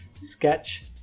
sketch